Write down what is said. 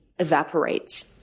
evaporates